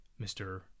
mr